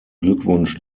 glückwunsch